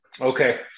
Okay